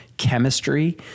Chemistry